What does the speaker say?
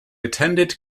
attended